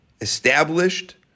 established